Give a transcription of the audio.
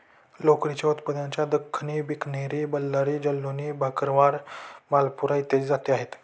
लोकरीच्या उत्पादनाच्या दख्खनी, बिकनेरी, बल्लारी, जालौनी, भरकवाल, मालपुरा इत्यादी जाती आहेत